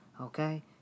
Okay